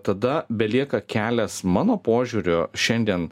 tada belieka kelias mano požiūriu šiandien